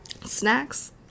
Snacks